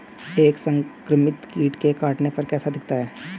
एक संक्रमित कीट के काटने पर कैसा दिखता है?